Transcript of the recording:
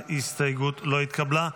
ההסתייגות לא התקבלה.